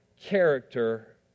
Character